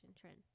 trend